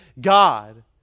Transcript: God